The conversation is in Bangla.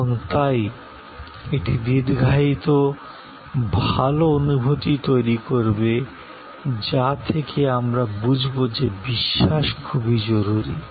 এবং তাই এটি দীর্ঘায়িত ভাল অনুভূতি তৈরি করবে যা থেকে আমরা বুঝবো যে বিশ্বাস খুবই জরুরী